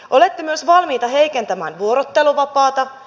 olette myös valmiita heikentämään vuorotteluvapaata